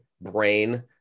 brain